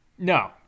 No